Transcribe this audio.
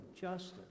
justice